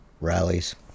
rallies